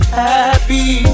happy